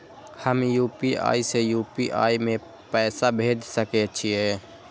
हम यू.पी.आई से यू.पी.आई में पैसा भेज सके छिये?